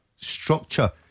structure